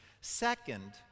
Second